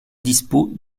dispos